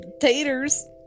Taters